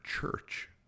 church